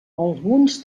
alguns